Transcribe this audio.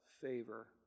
favor